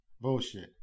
Bullshit